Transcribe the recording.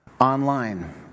online